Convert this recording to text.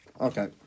Okay